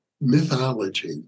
mythology